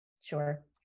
Sure